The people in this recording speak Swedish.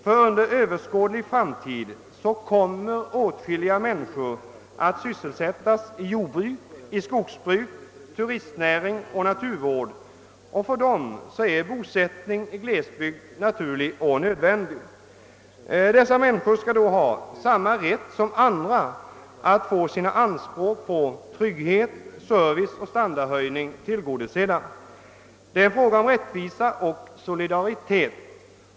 För överskådlig framtid kommer åtskilliga människor att sysselsättas i jordbruk, skogsbruk, turistnäring och naturvård, och för dem är bosättning i glesbygden naturlig och nödvändig. Dessa människor skall då ha samma rätt som andra att få sina anspråk på trygghet, service och stardardhöjning tillgodosedda. Detta är en fråga om rättvisa och solidaritet.